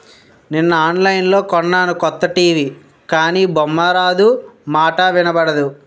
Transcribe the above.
నిన్న ఆన్లైన్లో కొన్నాను కొత్త టీ.వి గానీ బొమ్మారాదు, మాటా ఇనబడదు